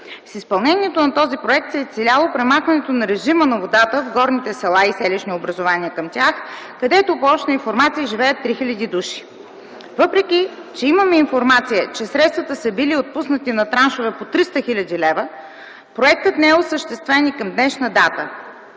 С изпълнението на този проект се е целяло премахването на режима на водата в горните села и селищни образувания към тях, където по обща информация живеят 3000 души. Въпреки, че имаме информация, че средствата са били отпуснати на траншове по 300 хил. лв., проектът не е осъществен и към днешна дата.